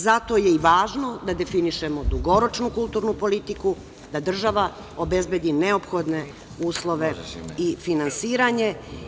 Zato je i važno da definišemo dugoročnu kulturnu politiku, da država obezbedi neophodne uslove i finansiranje.